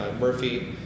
Murphy